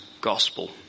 gospel